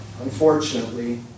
unfortunately